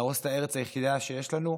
להרוס את הארץ היחידה שיש לנו?